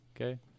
okay